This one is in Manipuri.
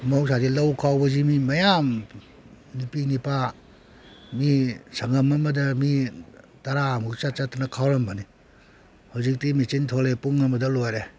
ꯃꯍꯧꯁꯥꯗꯤ ꯂꯧ ꯈꯥꯎꯕꯁꯤ ꯃꯤ ꯃꯌꯥꯝ ꯅꯨꯄꯤ ꯅꯤꯄꯥ ꯃꯤ ꯁꯪꯒꯝ ꯑꯃꯗ ꯃꯤ ꯇꯔꯥꯃꯨꯛ ꯆꯠ ꯆꯠꯇꯅ ꯈꯥꯎꯔꯝꯕꯅꯤ ꯍꯧꯖꯤꯛꯇꯤ ꯃꯦꯆꯤꯟ ꯊꯣꯛꯂꯛꯑꯦ ꯄꯨꯡ ꯑꯃꯗ ꯂꯣꯏꯔꯦ